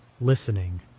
listening